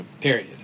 Period